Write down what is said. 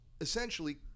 essentially